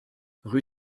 rue